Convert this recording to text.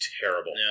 terrible